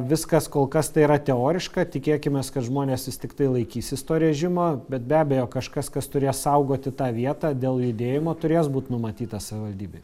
viskas kol kas tai yra teoriška tikėkimės kad žmonės vis tiktai laikysis to režimo bet be abejo kažkas kas turės saugoti tą vietą dėl judėjimo turės būti numatyta savivaldybėj